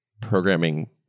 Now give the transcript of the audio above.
programming